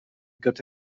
got